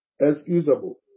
excusable